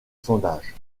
sondages